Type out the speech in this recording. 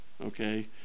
Okay